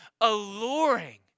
alluring